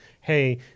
hey